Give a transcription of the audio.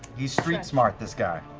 he's street-smart, this guy.